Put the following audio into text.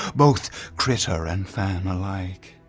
both critter and fan alike.